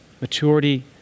maturity